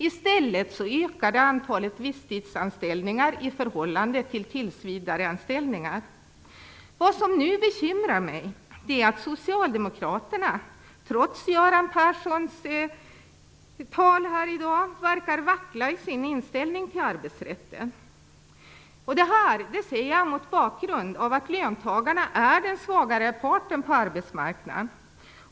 I stället ökade antalet visstidsanställningar i förhållande till antalet tillsvidareanställningar. Vad som nu bekymrar mig är att socialdemokraterna, trots Göran Perssons tal här i dag, verkar vackla i sin inställning till arbetsrätten. Det säger jag mot bakgrund av att löntagarna är den svagare parten på arbetsmarknaden.